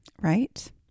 right